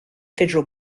federal